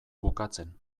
bukatzen